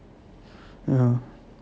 ya